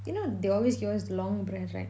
you know they always give us long breads right